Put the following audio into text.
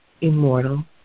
immortal